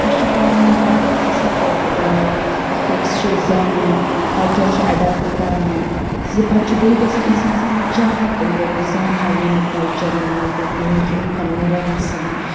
اَسہِ چھِ پانہٕ ؤنۍ پَتہٕ تَتہِ اَصٕل پٲٹھۍ اَکھ أکِس چھِ أسۍ زانان کَلچَر چھِ اؠڈیپٹ کَران زِ پَتہٕ چھ بیٚیہِ گَژھان اِنسانَس آسان چاہَتھ أنٛدرٕ بہٕ زانہٕ ہا ییٚمیُک کَلچَر ییٚمہِ مٔلکُک یِمَن لُکَن ہُنٛد ریٚہَن سیٚہَن